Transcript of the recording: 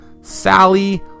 Sally